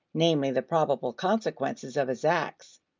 namely, the probable consequences of his acts.